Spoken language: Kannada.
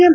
ಎಂ